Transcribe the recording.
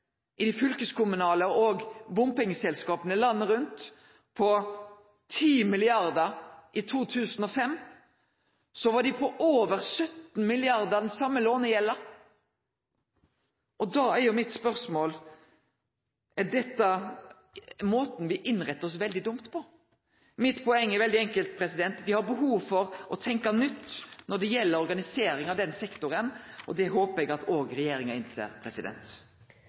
i dei fylkeskommunale bompengeselskapa landet rundt på 10 mrd. kr i 2005, er den same lånegjelda på over 17 mrd. kr no. Da er mitt spørsmål: Er måten me innrettar oss på, veldig dum? Mitt poeng er veldig enkelt: Me har behov for å tenkje nytt når det gjeld organisering av den sektoren, og det håpar eg at regjeringa òg innser. Det blir replikkordskifte. Jeg synes det var veldig interessant å høre på representanten Hareides innlegg, og